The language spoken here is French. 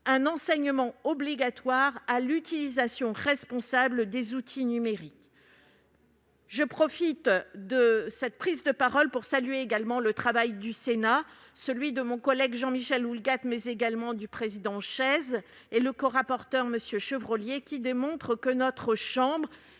un enseignement obligatoire à l'utilisation responsable des outils numériques. Je profite de cette prise de parole pour saluer également le travail du Sénat- celui de mon collègue Jean-Michel Houllegatte, mais également du président Patrick Chaize et du corapporteur Guillaume Chevrollier -, qui démontre que notre chambre